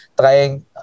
trying